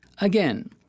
Again